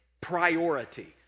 priority